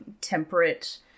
temperate